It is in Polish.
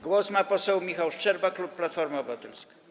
Głos ma poseł Michał Szczerba, klub Platforma Obywatelska.